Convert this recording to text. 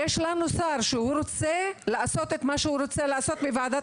יש לנו שר שרוצה לעשות את מה שהוא רוצה לעשות בוועדת